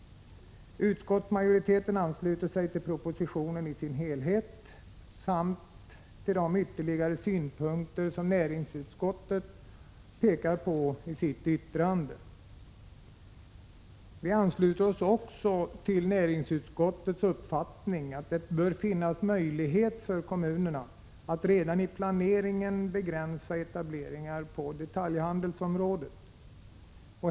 Utskottsmajoriteten ansluter sig till propositionen i dess helhet samt till de ytterligare synpunkter som näringsutskottet pekar på i sitt yttrande. Vi ansluter oss också till näringsutskottets uppfattning att det bör finnas möjlighet för kommunerna att redan i planeringen begränsa etableringar på detaljhandelsområdet.